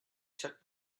took